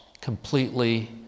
completely